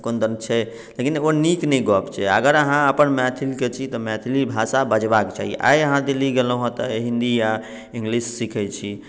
कोनदन छै लेकिन ओ नीक नहि गप छै अगर अहाँ अपन मैथिलके छी तऽ मैथिली भाषा बजबाके चाही आइ अहाँ दिल्ली गेलहुँ हँ तऽ आइ हिन्दी या इङ्गलिश सिखै छी